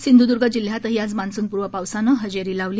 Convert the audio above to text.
सिंधुदुर्ग जिल्ह्यातही आज मॉन्सूनपूर्व पावसाने हजेरी लावली